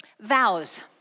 vows